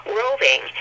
roving